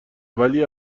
ولی